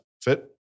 fit